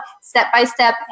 step-by-step